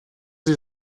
sie